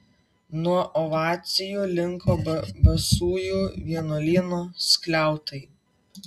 nuo ovacijų linko basųjų vienuolyno skliautai